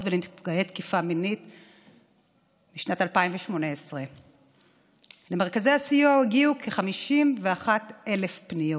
ונפגעי תקיפה מינית בשנת 2018. למרכזי הסיוע הגיעו כ-51,000 פניות.